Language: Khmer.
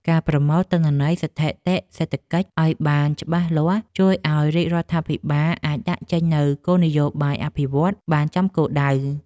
ការប្រមូលទិន្នន័យស្ថិតិសេដ្ឋកិច្ចឱ្យបានច្បាស់លាស់ជួយឱ្យរាជរដ្ឋាភិបាលអាចដាក់ចេញនូវគោលនយោបាយអភិវឌ្ឍន៍បានចំគោលដៅ។